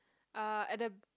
uh at the